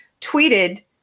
tweeted